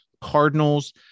Cardinals